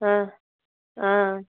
ஆ ஆ